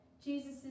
Jesus